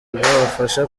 bwabafasha